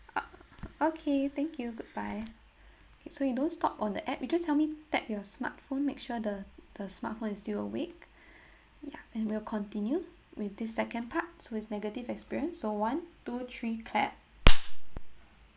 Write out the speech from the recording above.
ah okay thank you goodbye okay so you don't stop on the app you just help me tap your smartphone make sure the the smartphone is still awake ya and we'll continue with this second part so it's negative experience so one two three clap